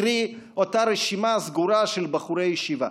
קרי אותה רשימה סגורה של בחורי ישיבה.